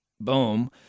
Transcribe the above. boom